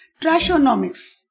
Trashonomics